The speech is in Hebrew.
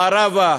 מערבה,